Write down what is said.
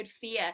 fear